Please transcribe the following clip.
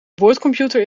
boordcomputer